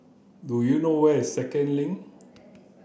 do you know where is Second Link